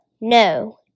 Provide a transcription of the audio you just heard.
No